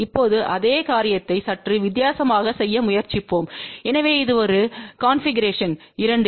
இப்போது அதே காரியத்தை சற்று வித்தியாசமாக செய்ய முயற்சிப்போம்எனவே இது ஒரு கன்பிகுரேஷன்வு இரண்டு